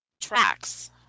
tracks